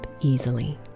easily